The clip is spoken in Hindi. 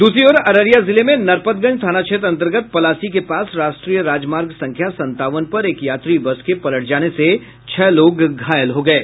दूसरी ओर अररिया जिले में नरपतगंज थाना क्षेत्र अंतर्गत पलासी के पास राष्ट्रीय राजमार्ग संख्या संतावन पर एक यात्री बस के पलट जाने से छह लोग घायल हो गये